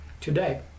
today